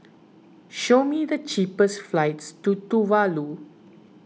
show me the cheapest flights to Tuvalu